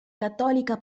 cattolica